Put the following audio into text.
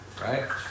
Right